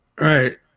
Right